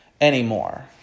anymore